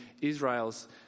Israel's